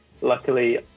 luckily